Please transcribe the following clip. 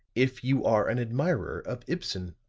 if you are an admirer of ibsen.